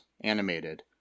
animated